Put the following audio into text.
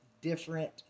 different